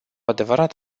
adevărat